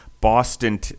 Boston